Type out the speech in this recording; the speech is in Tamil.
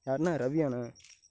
யாருண்ணே ரவியாண்ணே